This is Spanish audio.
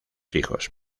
hijos